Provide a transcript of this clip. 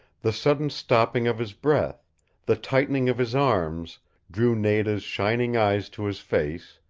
the sudden stopping of his breath the tightening of his arms drew nada's shining eyes to his face,